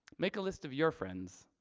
make a list of your friends,